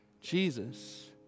Jesus